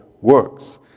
works